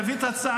להביא את ההצעה,